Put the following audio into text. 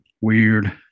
weird